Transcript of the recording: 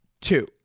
two